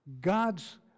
God's